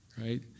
Right